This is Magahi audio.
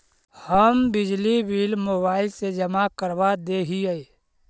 हम बिजली बिल मोबाईल से जमा करवा देहियै?